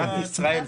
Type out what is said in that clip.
ישראל.